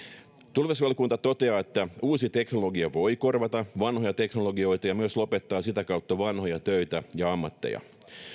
tulevaisuusvaliokunta toteaa että uusi teknologia voi korvata vanhoja teknologioita ja myös lopettaa sitä kautta vanhoja töitä ja ammatteja